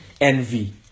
Envy